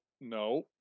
no